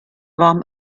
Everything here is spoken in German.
warm